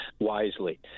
wisely